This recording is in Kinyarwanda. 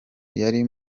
yari